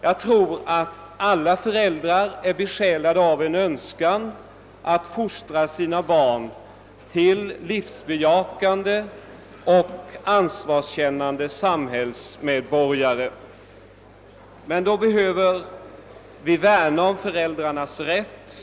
Jag tror att alla föräldrar är besjälade av en önskan att fostra sina barn till livsbejakande ch ansvarskännande samhällsmedborgare. För att det skall lyckas behöver vi värna om föräldrarnas rätt.